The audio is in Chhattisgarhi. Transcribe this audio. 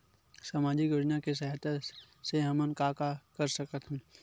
सामजिक योजना के सहायता से हमन का का कर सकत हन?